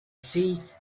see